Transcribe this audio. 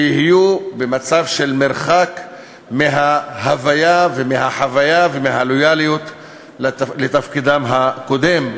שיהיו במצב של מרחק מההוויה ומהחוויה ומהלויאליות לתפקידם הקודם,